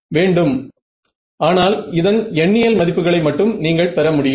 வேண்டும் ஆனால் இதன் எண்ணியல் மதிப்புகளை மட்டும் நீங்கள் பெற முடியும்